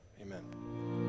Amen